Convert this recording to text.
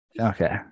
Okay